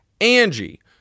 Angie